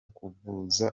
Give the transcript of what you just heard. kuvuza